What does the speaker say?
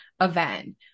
event